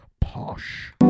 posh